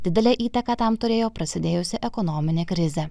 didelę įtaką tam turėjo prasidėjusi ekonominė krizė